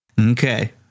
Okay